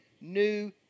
new